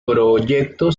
proyecto